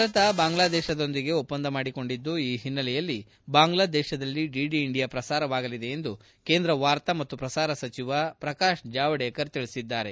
ಭಾರತ ಬಾಂಗ್ಲಾದೇಶದೊಂದಿಗೆ ಒಪ್ಪಂದ ಮಾಡಿಕೊಂಡಿದ್ದು ಈ ಹಿನ್ನೆಲೆಯಲ್ಲಿ ಆ ದೇಶದಲ್ಲಿ ಡಿಡಿ ಇಂಡಿಯಾ ಪ್ರಸಾರವಾಗಲಿದೆ ಎಂದು ಕೇಂದ್ರ ವಾರ್ತಾ ಮತ್ತು ಪ್ರಸಾರ ಸಚಿವ ಪ್ರಕಾಶ್ ಜಾವಡೇಕರ್ ತಿಳಿಸಿದ್ದಾರೆ